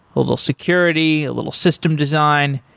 a little security, a little system design.